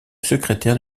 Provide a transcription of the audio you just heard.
secrétaire